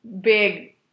big